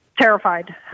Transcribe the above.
terrified